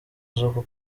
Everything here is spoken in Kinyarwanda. z’uku